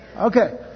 Okay